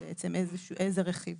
עבור איזה רכיב.